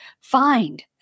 find